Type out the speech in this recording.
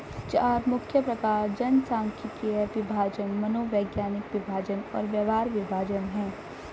चार मुख्य प्रकार जनसांख्यिकीय विभाजन, मनोवैज्ञानिक विभाजन और व्यवहार विभाजन हैं